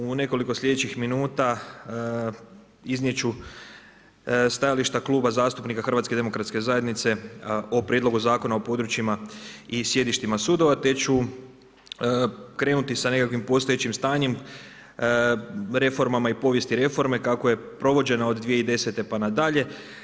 U nekoliko sljedećih minuta iznijeti ću stajališta Kluba zastupnika HDZ-a, o prijedlogu Zakonu o područjima i sjedištima sudovima, te ću krenuti sa nekakvim postojećim stanjem, reformama i povijesti reforme, kako je provođeno od 2010. pa nadalje.